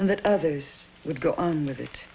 and that others would go on with it